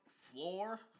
floor